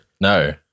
no